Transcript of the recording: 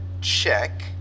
check